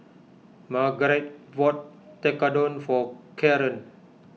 Margarite bought Tekkadon for Karren